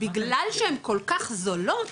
בגלל שהם כל כך זולות,